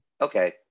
Okay